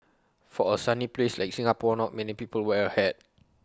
for A sunny place like Singapore not many people wear A hat